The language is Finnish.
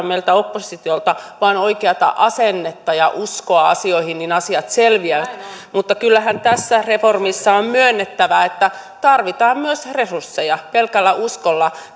meiltä oppositiolta vain oikeata asennetta ja uskoa asioihin niin asiat selviävät mutta kyllähän tässä reformissa on myönnettävä että tarvitaan myös resursseja pelkällä uskolla